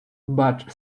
but